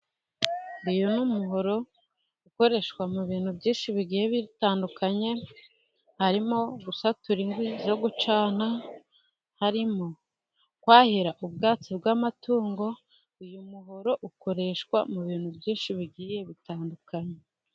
Uyu ni umuhoro ukoreshwa mu bintu byinshi bigiye bitandukanye, harimo gusatura inkwi zo gucana, harimo kwahira ubwatsi bw'amatungo, uyu muhoro ukoreshwa mu bintu byinshi bigiye bitandukanye.